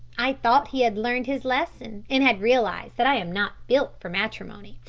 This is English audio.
i thought he had learnt his lesson and had realised that i am not built for matrimony,